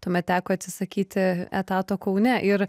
tuomet teko atsisakyti etato kaune ir